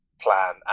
plan